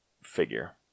figure